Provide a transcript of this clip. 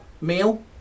meal